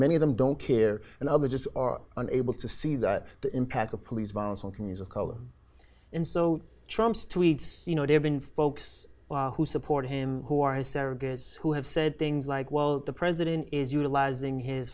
many of them don't care and other just are unable to see that the impact of police violence on can use of color in so trumps tweeds you know they have been folks who support him who are serapis who have said things like well the president is utilizing his